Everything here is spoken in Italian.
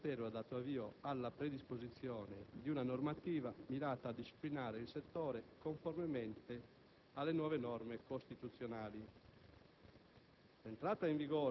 Conseguentemente il Ministero ha dato avvio alla predisposizione di una normativa mirata a disciplinare il settore conformemente alle nuove norme costituzionali.